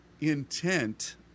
intent